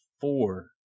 four